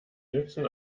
nützen